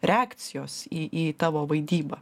reakcijos į į tavo vaidybą